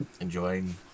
enjoying